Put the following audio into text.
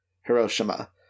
Hiroshima